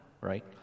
right